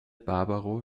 barbaro